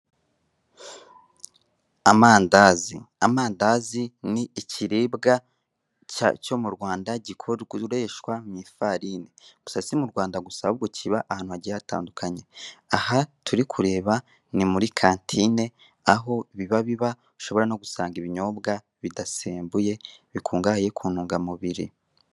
Amandazi: Amandazi ni ikiribwa cyo mu rwanda gikoreshwa mu ifarine, gusa si mu rwanda gusa ahubwo kiba ahantu hagiye hatandukanye, aha turi kureba ni muri kantine aho biba biba, ushobora no gusanga ibinyobwa bidasembuye biba bikungahaye ku ntungamubiri.